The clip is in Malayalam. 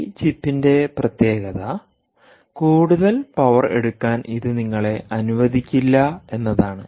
ഈ ചിപ്പിന്റെ പ്രത്യേകത കൂടുതൽ പവർ എടുക്കാൻ ഇത് നിങ്ങളെ അനുവദിക്കില്ല എന്നതാണ്